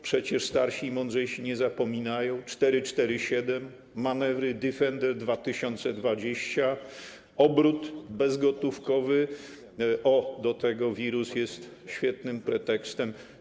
Przecież starsi i mądrzejsi nie zapominają: 447, manewry Defender 2020, obrót bezgotówkowy - do tego wirus jest świetnym pretekstem.